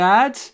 Dad